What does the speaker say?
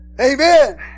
Amen